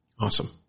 Awesome